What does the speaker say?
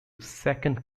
second